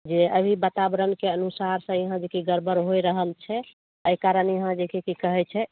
जे अभी बाताबरण के अनुसार अभी यहाँ जेकि गड़बड़ होए रहल छै एहि कारण यहाँ जे कि की कहै छै